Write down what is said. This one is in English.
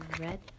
Red